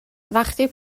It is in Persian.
وقتی